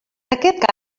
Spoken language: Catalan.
aquest